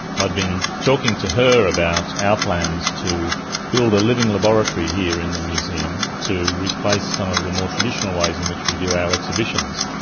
i'd been talking to her about our plans to build a living laboratory here in the museum to replace some of the more traditional ways in which we do our exhibitions.